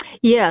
Yes